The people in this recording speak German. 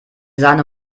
sahne